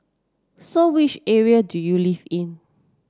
so which area do you live in